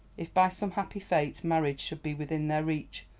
if by some happy fate, marriage should be within their reach,